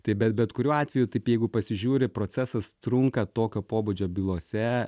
tai bet bet kuriuo atveju taip jeigu pasižiūri procesas trunka tokio pobūdžio bylose